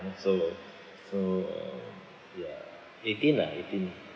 so so ya eighteen lah eighteen